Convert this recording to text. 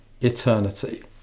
eternity